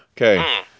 Okay